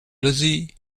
lizzie